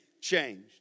changed